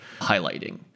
highlighting